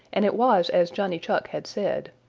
and it was as johnny chuck had said.